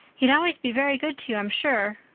he'd always be very good to you, i'm sure,